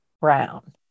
brown